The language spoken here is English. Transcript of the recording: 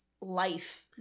life